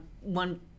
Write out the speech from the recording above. one